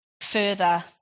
further